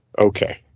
okay